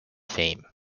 fame